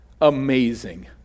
amazing